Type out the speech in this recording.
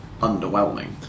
underwhelming